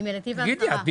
תגידי את.